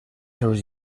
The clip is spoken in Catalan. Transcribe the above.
seus